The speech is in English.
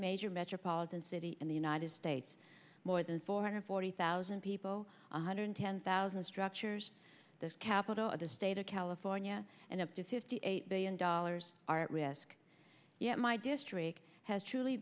major metropolitan city in the united states more than four hundred forty thousand people one hundred ten thousand structures the capital of the state of california and up to fifty eight billion dollars are at risk yet my district has truly